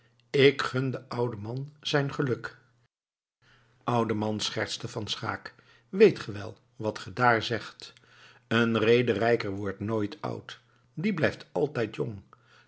ik gun den ouden man zijn geluk oude man schertste van schaeck weet ge wel wat ge daar zegt een rederijker wordt nooit oud die blijft altijd jong